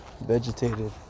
Vegetated